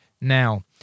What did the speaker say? now